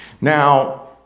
Now